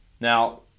Now